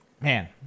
Man